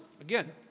again